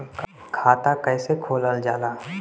खाता कैसे खोलल जाला?